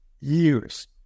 years